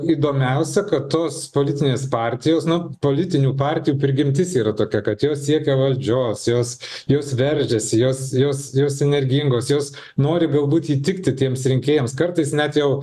įdomiausia kad tos politinės partijos nu politinių partijų prigimtis yra tokia kad jos siekia valdžios jos jos veržiasi jos jos jos energingos jos nori galbūt įtikti tiems rinkėjams kartais net jau